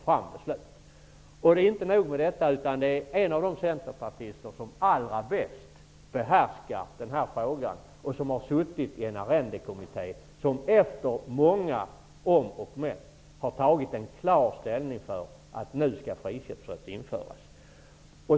Dessutom handlar det om en av de centerpartister som allra bäst behärskar denna fråga och som har suttit i en arrendekommitté, vilken efter många om och men har tagit en klar ställning för att friköpsrätt skall införas.